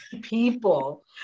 people